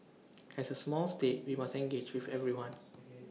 as A small state we must engage with everyone